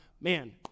man